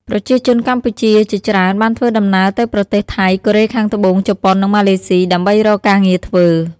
ប្រជាជនកម្ពុជាជាច្រើនបានធ្វើដំណើរទៅប្រទេស ថៃ កូរ៉េខាងត្បូង ជប៉ុន និងម៉ាឡេសុី ដើម្បីរកការងារធ្វើ។